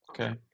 Okay